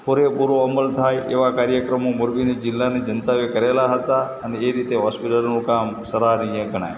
પૂરેપૂરો અમલ થાય એવા કાર્યક્રમો મોરબીની જિલ્લાની જનતા એ કરેલા હતા અને એ રીતે હોસ્પિટલનું કામ સરાહનીય ગણાય